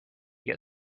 get